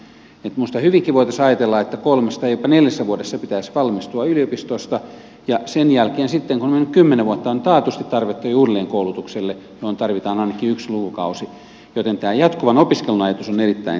minusta hyvinkin voitaisiin ajatella että kolmessa tai neljässä vuodessa pitäisi valmistua yliopistosta ja sen jälkeen kun on mennyt kymmenen vuotta on taatusti tarvetta jo uudelleenkoulutukselle johon tarvitaan ainakin yksi lukukausi joten tämä jatkuvan opiskelun ajatus on erittäin tärkeä